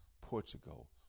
Portugal